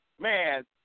Man